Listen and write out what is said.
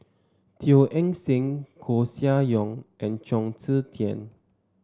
Teo Eng Seng Koeh Sia Yong and Chong Tze Chien